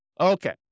Okay